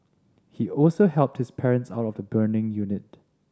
he also helped his parents out of the burning unit